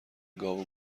گاو